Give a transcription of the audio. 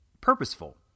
purposeful